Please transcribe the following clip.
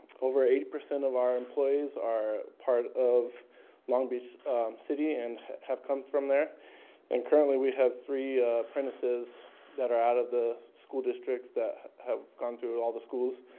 over eighty percent of our employees are part of long beach city and have come from there and currently we have three apprentices that are out of the school district that have gone to all the schools.